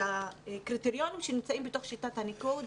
הקריטריונים שנמצאים בתוך שיטת הניקוד,